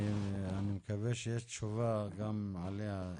אני מקווה שיש תשובה גם עליה.